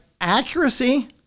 Accuracy